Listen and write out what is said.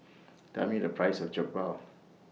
Tell Me The Price of Jokbal